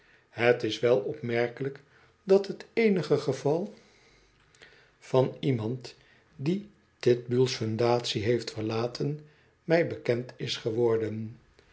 het is wel opmerkelijk dat t eenige geval van iemand die titbull's fundatie heeft verlaten mij bekend is geworden